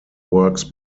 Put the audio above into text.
works